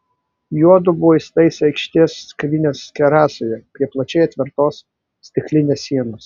juodu buvo įsitaisę aikštės kavinės terasoje prie plačiai atvertos stiklinės sienos